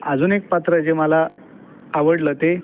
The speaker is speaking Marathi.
अजून एक पात्र जे मला आवडलं ते